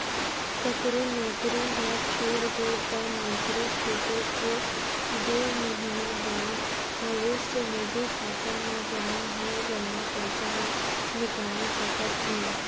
ककरो नउकरी ह छूट गे त नउकरी छूटे के दू महिना बाद भविस्य निधि खाता म जमा होय जम्मो पइसा ल निकाल सकत हे